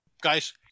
guys